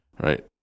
Right